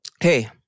Hey